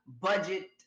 budget